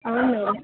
అవును